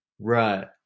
Right